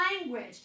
language